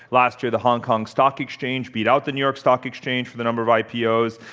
last year, the hong kong stock exchange beat out the new york stock exchange for the number of ipos.